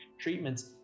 treatments